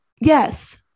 yes